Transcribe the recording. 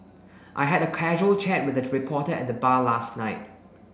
I had a casual chat with a reporter at the bar last night